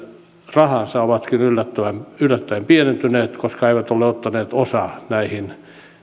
rahansa ovatkin yllättäen yllättäen pienentyneet koska he eivät ole ottaneet osaa näihin